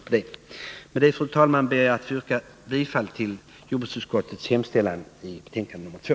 Med detta, fru talman, ber jag att få yrka bifall till jordbruksutskottets hemställan i betänkande nr 2.